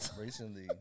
recently